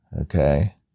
Okay